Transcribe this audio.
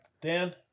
Dan